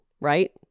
right